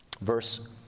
verse